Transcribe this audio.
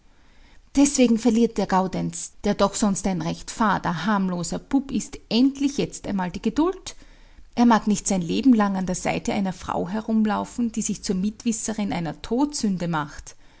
deswegen verliert der gaudenz der doch sonst ein recht fader harmloser bub ist endlich jetzt einmal die geduld er mag nicht sein leben lang an der seite einer frau herumlaufen die sich zur mitwisserin einer todsünde macht